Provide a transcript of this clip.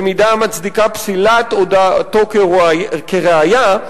במידה המצדיקה פסילת הודאתו כראיה,